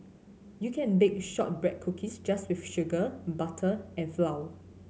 you can bake shortbread cookies just with sugar butter and flour